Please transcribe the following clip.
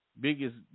Biggest